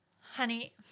Honey